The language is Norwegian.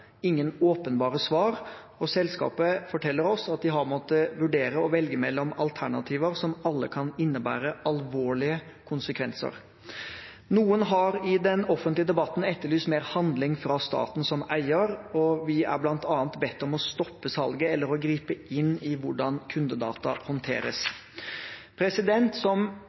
ingen åpenbare svar, og selskapet forteller oss at de har måttet vurdere og velge mellom alternativer som alle kan innebære alvorlige konsekvenser. Noen har i den offentlige debatten etterlyst mer handling fra staten som eier, og vi er bl.a. bedt om å stoppe salget eller å gripe inn i hvordan kundedata håndteres. Som eier må vi håndtere denne saken innenfor de rammene som